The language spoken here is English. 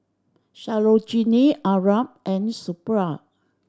Sarojini Arnab and Suppiah